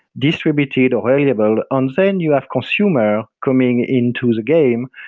distributed or variable and saying you have consumer coming in to the game,